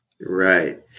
right